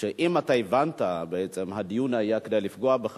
שאם אתה הבנת בעצם שהדיון היה כדי לפגוע בך,